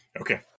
Okay